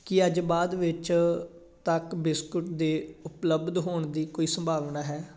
ਕੀ ਅੱਜ ਬਾਅਦ ਵਿੱਚ ਤੱਕ ਬਿਸਕੁਟ ਦੇ ਉਪਲੱਬਧ ਹੋਣ ਦੀ ਕੋਈ ਸੰਭਾਵਨਾ ਹੈ